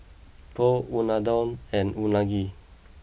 Pho Unadon and Unagi